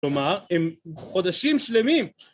כלומר, הם חודשים שלמים.